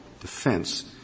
defense —